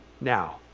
now